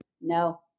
No